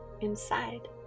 inside